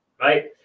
right